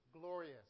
glorious